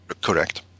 Correct